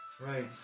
Right